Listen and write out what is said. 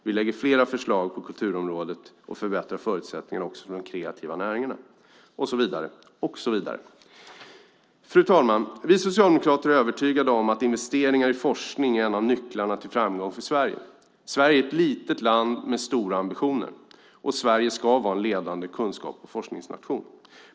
Vi lägger fram flera förslag på kulturområdet och förbättrar förutsättningarna också för de kreativa näringarna, och så vidare. Fru talman! Vi socialdemokrater är övertygade om att investeringar i forskning är en av nycklarna till framgång för Sverige. Sverige är ett litet land med stora ambitioner, och Sverige ska vara en ledande kunskaps och forskningsnation.